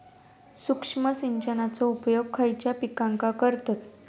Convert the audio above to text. सूक्ष्म सिंचनाचो उपयोग खयच्या पिकांका करतत?